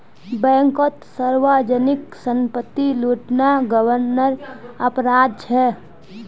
बैंककोत सार्वजनीक संपत्ति लूटना गंभीर अपराध छे